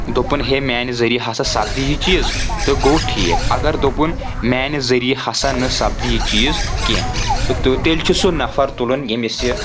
دوٚپُن ہے میانہِ ذٔریعہٕ ہسا سَپدِ یہِ چیٖز تہٕ گوٚو ٹھیٖک اگر دوٚپُن میانہِ ذٔریعہِ ہسا نہٕ سَپدِ نہٕ یہِ چیٖز کینٛہہ تہٕ تیٚلہِ چھُ سُہ نفر تُلُن ییٚمِس یہِ